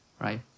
Right